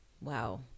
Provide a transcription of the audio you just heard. Wow